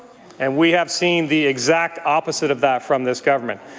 and we have seen the exact opposite of that from this government.